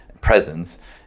presence